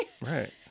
Right